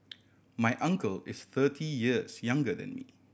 my uncle is thirty years younger than me